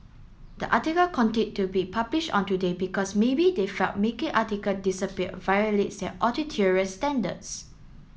the article to be published on Today because maybe they felt making article disappear violates their editorial standards